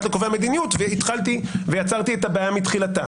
לקובע מדיניות ויצרתי את הבעיה מתחילתה.